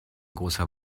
großer